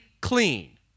clean